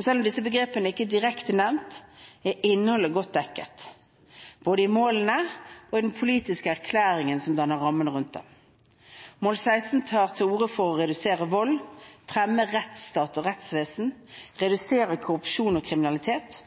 Selv om disse begrepene ikke er direkte nevnt, er innholdet godt dekket, både i målene og i den politiske erklæringen som danner rammen rundt dem. Mål 16 tar til orde for å redusere vold, fremme rettsstat og rettsvesen, redusere korrupsjon og kriminalitet,